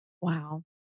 Wow